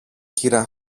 κυρα